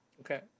Okay